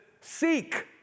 seek